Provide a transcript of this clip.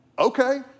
Okay